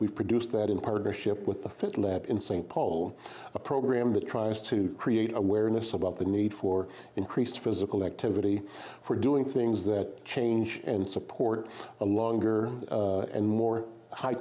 we've produced that in partnership with the fit lab in st paul a program that tries to create awareness about the need for increased physical activity for doing things that change in support a longer and more high